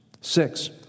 Six